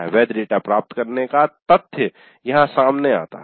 वैध डेटा प्राप्त करने का तथ्य यहाँ सामने आता है